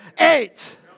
Eight